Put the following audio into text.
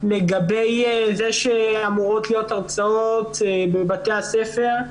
לגבי זה שאמורות להיות הרצאות בבתי הספר.